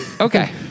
Okay